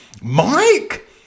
Mike